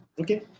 Okay